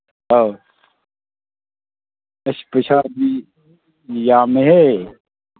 ꯑꯥꯎ ꯑꯁ ꯄꯩꯁꯥꯗꯤ ꯌꯥꯝꯃꯦꯍꯦ